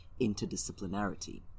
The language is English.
interdisciplinarity